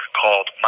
called